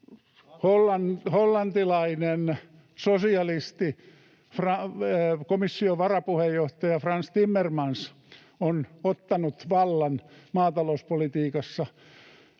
hollantilainen sosialisti, komission varapuheenjohtaja Frans Timmermans on ottanut vallan maatalouspolitiikassa.